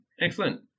Excellent